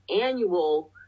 annual